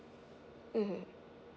mmhmm